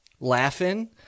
laughing